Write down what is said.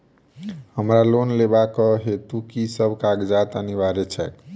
हमरा लोन लेबाक हेतु की सब कागजात अनिवार्य छैक?